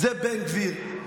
זה בן גביר,